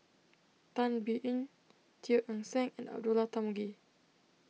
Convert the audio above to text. Tan Biyun Teo Eng Seng and Abdullah Tarmugi